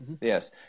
Yes